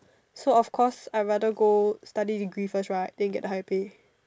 so of course I rather go study degree first right then get the higher pay